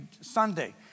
Sunday